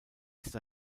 ist